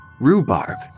rhubarb